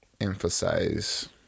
emphasize